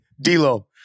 D-Lo